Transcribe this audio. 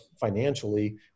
financially